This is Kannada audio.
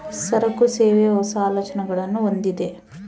ಸರಕು, ಸೇವೆ, ಹೊಸ, ಆಲೋಚನೆಗುಳ್ನ ಹೊಂದಿದ